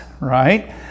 right